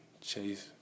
Chase